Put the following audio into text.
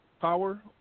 power